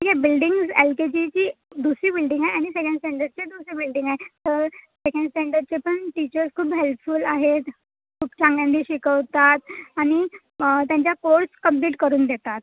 ठीक आहे building L K जीची दुसरी बिल्डिंग आहे आणि सेकंड स्टँडर्डची दुसरी बिल्डिंग आहे तर सेकंड स्टँडर्डचे पण टीचर्स खूप हेल्पफूल आहेत खूप चांगल्याने शिकवतात आणि त्यांचा कोर्स कंप्लीट करून देतात